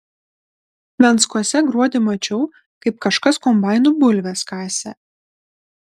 venckuose gruodį mačiau kaip kažkas kombainu bulves kasė